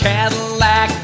Cadillac